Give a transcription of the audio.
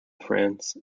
france